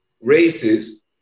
races